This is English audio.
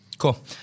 Cool